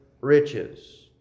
riches